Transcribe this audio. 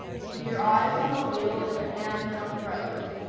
keep your eyes on the wheel and your hands on the road.